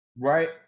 right